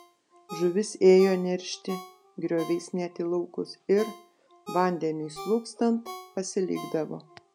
žuvis ėjo neršti grioviais net į laukus ir vandeniui slūgstant pasilikdavo